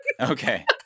Okay